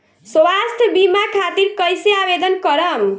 स्वास्थ्य बीमा खातिर कईसे आवेदन करम?